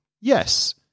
Yes